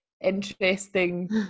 interesting